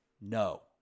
No